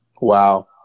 Wow